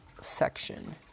section